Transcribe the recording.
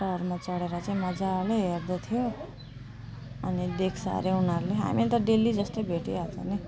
टावरमा चढेर चाहिँ मजाले हेर्दै थियो अनि देख्छ अरे उनीहरूले हामीले त डेली जस्तै भेटिहाल्छ नि